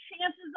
chances